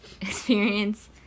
experience